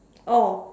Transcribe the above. oh